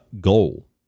goal